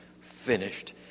finished